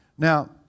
Now